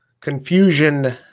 confusion